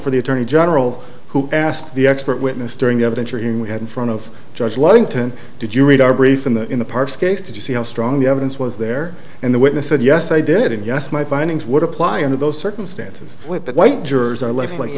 for the attorney general who asked the expert witness during the evidence you're hearing we had in front of judge ludington did you read our brief in the in the parks case did you see how strong the evidence was there and the witness said yes i did and yes my findings would apply under those circumstances but white jurors are l